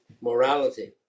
morality